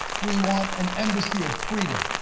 we want an embassy of freedom.